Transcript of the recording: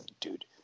Dude